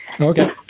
okay